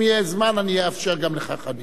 אם יהיה זמן אני אאפשר גם לך, חנין,